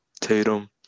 Tatum